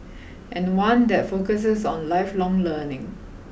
and one that focuses on lifelong learning